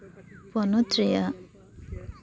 ᱦᱚᱱᱚᱛ ᱨᱮᱭᱟᱜ